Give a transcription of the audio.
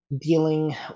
dealing